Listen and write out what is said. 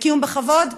לקיום בכבוד?